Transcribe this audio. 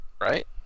right